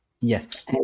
Yes